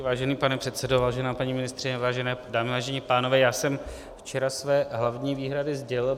Vážený pane předsedo, vážená paní ministryně, vážené dámy, vážení pánové, já jsem včera své hlavní výhrady sdělil.